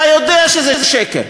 אתה יודע שזה שקר.